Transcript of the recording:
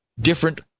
different